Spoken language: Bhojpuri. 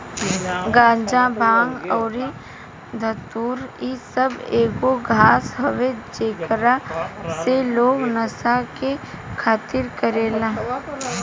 गाजा, भांग अउरी धतूर इ सब एगो घास हवे जेकरा से लोग नशा के खातिर करेले